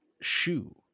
shoe